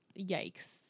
yikes